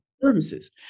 services